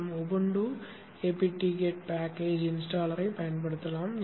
மற்றும் Ubuntu apt get package installer ஐப் பயன்படுத்தலாம்